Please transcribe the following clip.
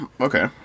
okay